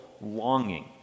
longing